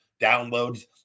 downloads